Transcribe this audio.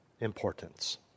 importance